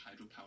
hydropower